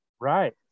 right